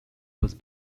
was